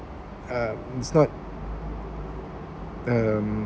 um it's not um